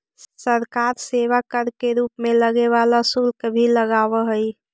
सरकार सेवा कर के रूप में लगे वाला शुल्क भी लगावऽ हई